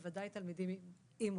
בוודאי תלמידים עם מוגבלויות.